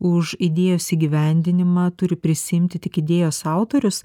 už idėjos įgyvendinimą turi prisiimti tik idėjos autorius